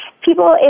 people